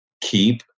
Keep